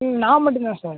நான் மட்டும் தான் சார்